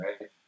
right